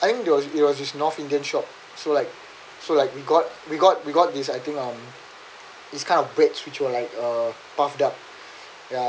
I think there was there was this north indian shop so like so like we got we got we got this I think um is kind of breads which are like a puffed up ya